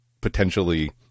potentially